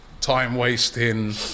time-wasting